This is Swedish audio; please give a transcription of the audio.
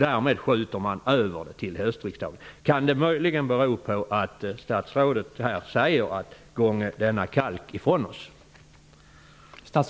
Därmed skjuts ju ärendet upp till höstriksdagen. Kan det möjligen bero på att statsrådet egentligen säger: Gånge denna kalk ifrån oss?